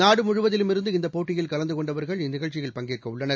நாடு முழுவதிலுமிருந்து இந்த போட்டியில் கலந்து கொண்டவர்கள் இந்நிகழ்ச்சியில் பங்கேற்க உள்ளனர்